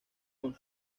con